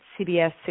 CBS